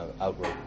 outward